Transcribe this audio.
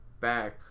back